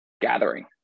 gathering